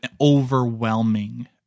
overwhelming